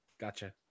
Gotcha